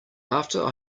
after